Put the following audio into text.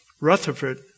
Rutherford